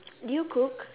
do you cook